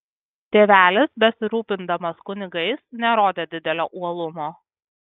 tėvelis besirūpindamas kunigais nerodė didelio uolumo